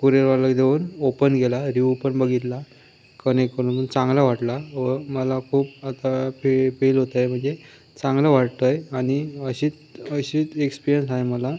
कुरियरवाल्याला देऊन ओपन केला रिव्यू पण बघितला कनेक्ट करून चांगला वाटला व मला खूप आता फि फिल होतंय म्हणजे चांगलं वाटत आहे आणि अशीच अशीच एक्स्पिरियंस आहे मला